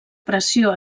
pressió